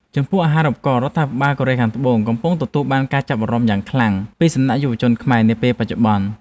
ចំពោះអាហារូបករណ៍រដ្ឋាភិបាលកូរ៉េខាងត្បូងកំពុងទទួលបានការចាប់អារម្មណ៍យ៉ាងខ្លាំងពីសំណាក់យុវជនខ្មែរនាពេលបច្ចុប្បន្ន។